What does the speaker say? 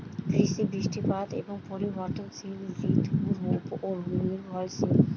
কৃষি বৃষ্টিপাত এবং পরিবর্তনশীল ঋতুর উপর নির্ভরশীল